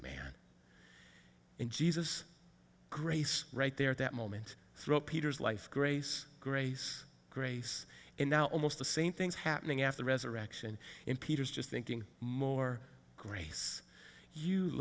man in jesus grace right there at that moment throw peter's life grace grace grace and now almost the same things happening at the resurrection in peter's just thinking more grace you